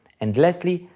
and lastly,